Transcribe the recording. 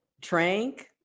trank